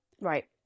Right